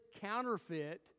counterfeit